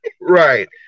Right